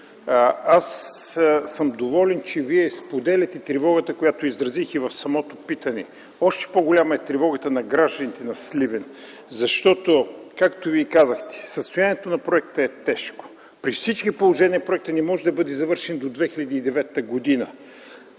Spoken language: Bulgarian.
Аз съм доволен, че Вие споделяте тревогата, която изразих и в самото питане. Още по-голяма е тревогата на гражданите на Сливен, защото, както Вие казахте, състоянието на проекта е тежко. При всички положения проектът не може да бъде завършен до 2010 г.